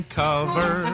cover